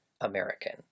American